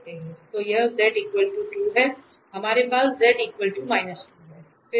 तो यह z 2 है हमारे पास z 2 है